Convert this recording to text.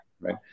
right